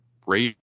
great